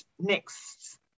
next